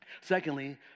Secondly